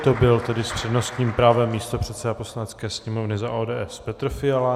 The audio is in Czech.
To byl tedy s přednostním právem místopředseda Poslanecké sněmovny za ODS Petr Fiala.